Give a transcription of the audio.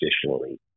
traditionally